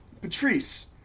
Patrice